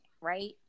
right